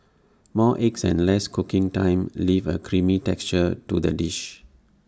more eggs and less cooking time leave A creamy texture to the dish